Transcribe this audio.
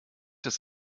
dass